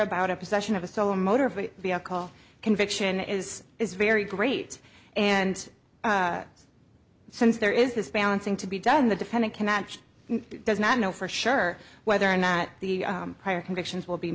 about a possession of a soul motor of the vehicle conviction is is very great and since there is this balancing to be done the defendant can match does not know for sure whether or not the prior convictions will be